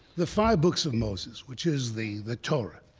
the five books of moses, which is the the torah,